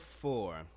four